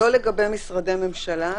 לא לגבי משרדי הממשלה,